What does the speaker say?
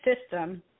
system